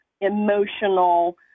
emotional